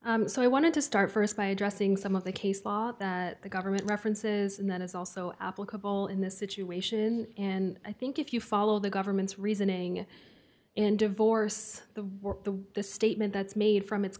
much so i wanted to start st by addressing some of the case law the government references and then it's also applicable in this situation and i think if you follow the government's reasoning in divorce the work the the statement that's made from its